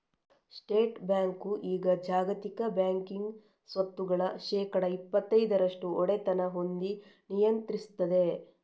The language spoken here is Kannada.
ಸ್ಟೇಟ್ ಬ್ಯಾಂಕು ಈಗ ಜಾಗತಿಕ ಬ್ಯಾಂಕಿಂಗ್ ಸ್ವತ್ತುಗಳ ಶೇಕಡಾ ಇಪ್ಪತೈದರಷ್ಟು ಒಡೆತನ ಹೊಂದಿ ನಿಯಂತ್ರಿಸ್ತದೆ